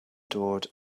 dod